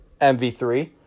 MV3